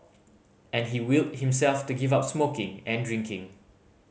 and he willed himself to give up smoking and drinking